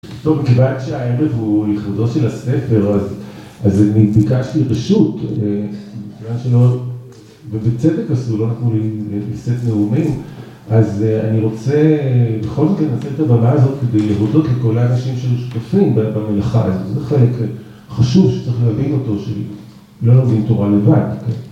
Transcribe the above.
‫טוב, מכיוון שהערב הוא ‫לייחודו של הספר, ‫אז אני ביקשתי רשות, ‫בצדק עשו, לא נתנו לי לשאת נאומים, ‫אז אני רוצה בכל מקרה ‫לנצל את הבמה הזאת ‫כדי להודות לכל האנשים ‫היו ששותפים במלאכה הזאת. ‫זה חלק חשוב שצריך להבין אותו, ‫שלא נבין תורה לבד.